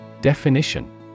Definition